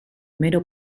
mero